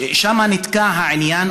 שם נתקע העניין,